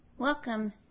Welcome